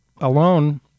alone